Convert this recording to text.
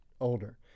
older